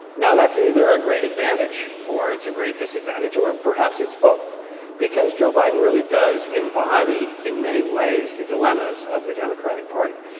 now, that's either a great advantage, or it's a great disadvantage. or perhaps it's both because joe biden really does embody, in many ways, the dilemmas of the democratic party.